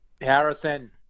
Harrison